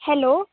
hello